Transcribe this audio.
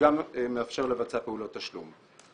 וגם מאפשר לבצע פעולות תשלום.